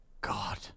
God